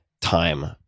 time